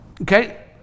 Okay